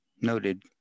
noted